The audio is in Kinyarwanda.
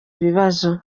ibibazo